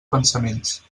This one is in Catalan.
pensaments